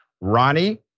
Ronnie